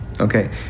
okay